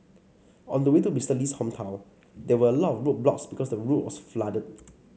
on the way to Mister Lee's hometown there were a lot of roadblocks because the road was flooded